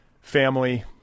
Family